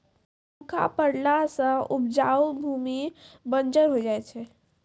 सूखा पड़ला सें उपजाऊ भूमि बंजर होय जाय छै